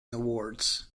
awards